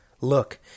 Look